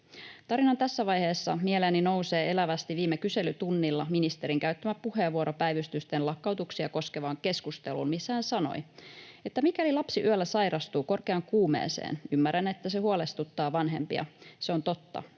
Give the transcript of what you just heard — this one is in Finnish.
Tarinan tässä vaiheessa mieleeni nousee elävästi ministerin käyttämä puheenvuoro viime kyselytunnilla päivystysten lakkautuksia koskevassa keskustelussa. Siinä hän sanoi ymmärtävänsä, että mikäli lapsi yöllä sairastuu korkean kuumeeseen, se huolestuttaa vanhempia. Se on totta,